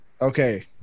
okay